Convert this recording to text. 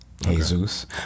Jesus